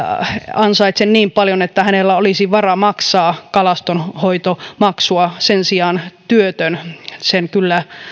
ansaitse niin paljon että hänellä olisi varaa maksaa kalastonhoitomaksua sen sijaan työtön sen kyllä